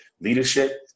leadership